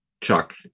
chuck